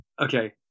Okay